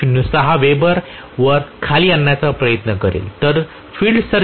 06 Wb वर खाली आणण्याचा प्रयत्न करेन